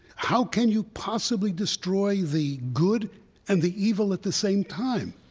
how can you possibly destroy the good and the evil at the same time?